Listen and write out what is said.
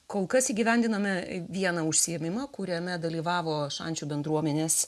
kol kas įgyvendinome vieną užsiėmimą kuriame dalyvavo šančių bendruomenės